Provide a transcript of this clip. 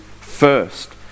first